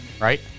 Right